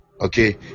okay